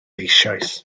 eisoes